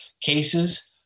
cases